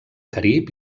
carib